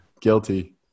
Guilty